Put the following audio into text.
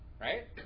right